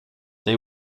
they